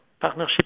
Partnership